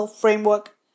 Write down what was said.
framework